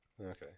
Okay